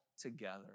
together